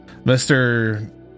mr